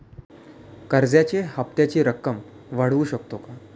कर्जाच्या हप्त्याची रक्कम वाढवू शकतो का?